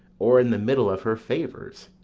or in the middle of her favours?